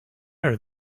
are